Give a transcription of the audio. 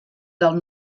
del